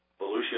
Volusia